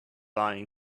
lying